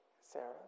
Sarah